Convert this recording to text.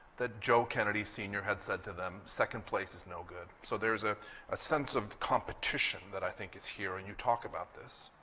that joe kennedy sr. had said to them, second place is no good. so there is ah a sense of competition that i think is here. and you talk about this.